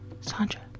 Sandra